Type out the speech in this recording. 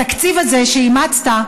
התקציב הזה שאימצת,